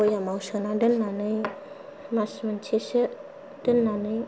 बयामाव सोना दोननानै मास मोनसेसो दोननानै